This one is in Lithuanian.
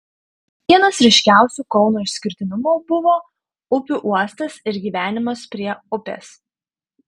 vienas ryškiausių kauno išskirtinumų buvo upių uostas ir gyvenimas prie upės